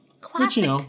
Classic